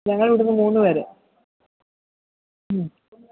ഞങ്ങൾ ഇവിടുന്ന് മൂന്ന് പേര് ഉം